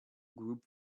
group